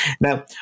Now